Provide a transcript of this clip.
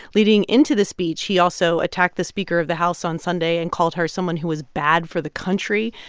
leading into the speech, he also attacked the speaker of the house on sunday and called her someone who was bad for the country.